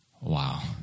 wow